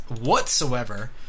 whatsoever